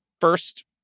First